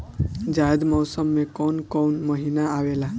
जायद मौसम में कौन कउन कउन महीना आवेला?